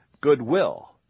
goodwill